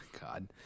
God